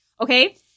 Okay